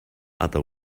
other